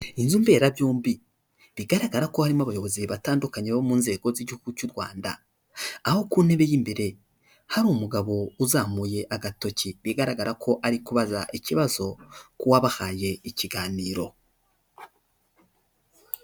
Inzi mberabyombi bigaragara ko harimo abayobozi batandukanye bo mu nzego z'igihugu cy'u Rwanda, aho ku ntebe y'imbere hari umugabo uzamuye agatoki, bigaragara ko ari kubaza ikibazo k'uwahaye ikiganiro.